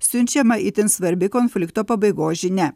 siunčiama itin svarbi konflikto pabaigos žinia